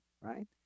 right